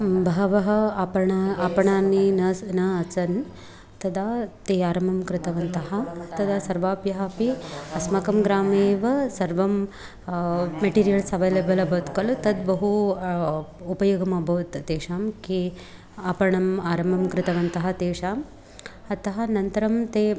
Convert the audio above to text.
बहवः आपणम् आपणानि नास्ति न आसन् तदा ते आरम्भं कृतवन्तः तदा सर्वाभ्यः अपि अस्माकं ग्रामे एव सर्वं मेटीरियल्स् अवैलेबल् अभवत् खलु तद्बहु उपयोगम् अभवत् तेषां के आपणम् आरम्भं कृतवन्तः तेषाम् अतः अनन्तरं ते